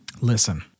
Listen